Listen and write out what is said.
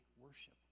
worship